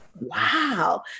Wow